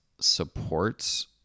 supports